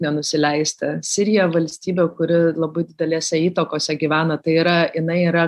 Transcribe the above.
nenusileisti sirija valstybė kuri labai didelėse įtakose gyvena tai yra jinai yra